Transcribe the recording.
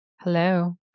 Hello